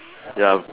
ya